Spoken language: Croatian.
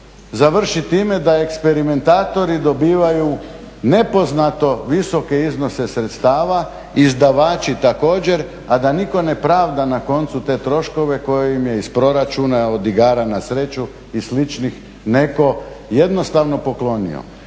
završi time da eksperimentatori dobivaju nepoznato visoke iznose sredstava, izdavači također, a da nitko ne pravda na koncu te troškove koje im je iz proračuna od igara na sreću i sličnih netko jednostavno poklonio.